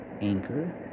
Anchor